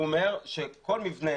הוא אומר שכל מבנה